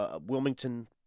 Wilmington